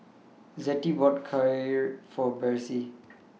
Zettie bought Kheer For Besse